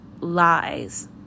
lies